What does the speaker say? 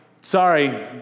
sorry